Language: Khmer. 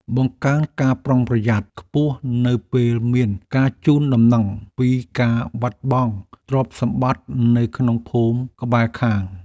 បង្កើនការប្រុងប្រយ័ត្នខ្ពស់នៅពេលមានការជូនដំណឹងពីការបាត់បង់ទ្រព្យសម្បត្តិនៅក្នុងភូមិក្បែរខាង។